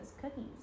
cookies